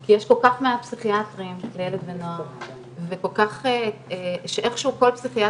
כי יש כל כך מעט פסיכיאטרים לילד ונוער ואיכשהו כל פסיכיאטר,